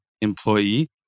employee